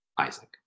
Isaac